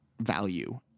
value